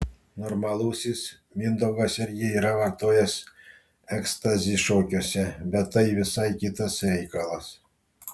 normalusis mindaugas irgi yra vartojęs ekstazį šokiuose bet tai visai kitas reikalas